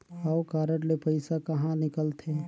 हव कारड ले पइसा कहा निकलथे?